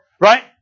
Right